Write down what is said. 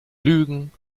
lügen